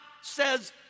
says